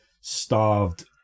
starved